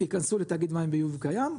ייכנסו לתאגיד מים ביוב קיים,